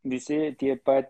visi tie pat